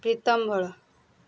Pritam Bhol